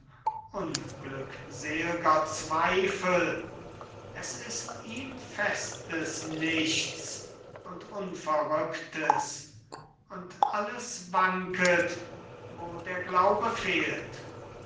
unglückselger zweifel es ist ihm festes nichts und unverrücktes und alles wanket wo der glaube fehlt